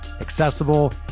accessible